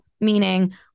Meaning